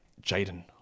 Jaden